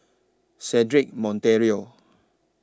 Cedric Monteiro